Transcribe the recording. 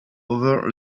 over